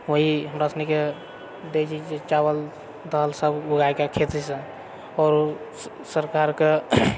वहीँ हमरा सुनी कऽ दए छै चावल दाल सब उगाए कऽ खेतीसँ आओर सरकारके